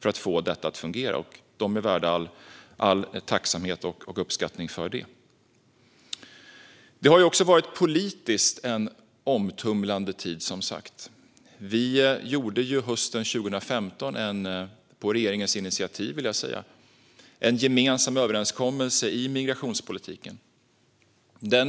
för att få detta att fungera. De är värda all tacksamhet och uppskattning för det. Det har också politiskt varit en omtumlande tid, som sagt. Vi träffade ju 2015, på regeringens initiativ vill jag säga, en gemensam överenskommelse om migrationspolitiken.